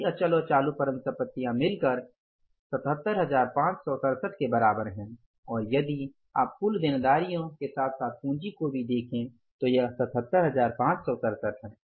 सभी अचल और चालू परिसम्पतियाँ मिलकर ७७५६७ के बराबर हैं और यदि आप कुल देनदारियों के साथ साथ पूंजी को भी देखें तो यह 77567 है